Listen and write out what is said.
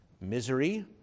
misery